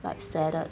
like sadded